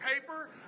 paper